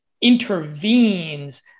intervenes